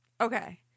Okay